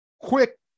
quick